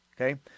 okay